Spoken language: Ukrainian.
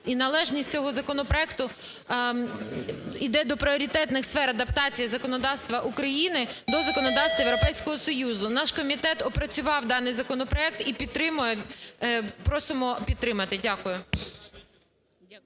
І належність цього законопроекту йде до пріоритетних сфер адаптації законодавства України до законодавства Європейського Союзу. Наш комітет опрацював даний законопроект і підтримує, просимо підтримати. Дякую.